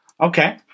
okay